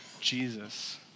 Jesus